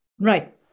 Right